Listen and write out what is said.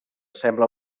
sembla